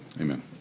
amen